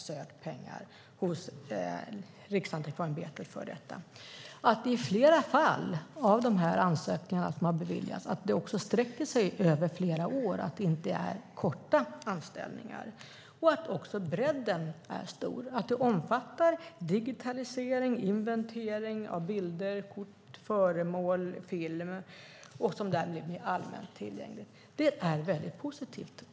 Flera av de projekt där ansökningar har beviljats sträcker sig över flera år. Det är alltså inte fråga om korta anställningar. Bredden är också stor. Ansökningarna omfattar digitalisering och inventering av bilder, kort, föremål och film som därmed blir allmänt tillgängliga. Det är positivt.